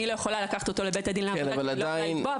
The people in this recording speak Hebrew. אני לא יכולה לקחת אותו לבית הדין לעבודה כי אני לא יכולה לתבוע,